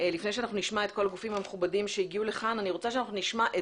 לפני שאנחנו נשמע את כל הגופים המכובדים שהגיעו לכאן,